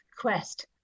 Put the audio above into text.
quest